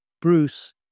Bruce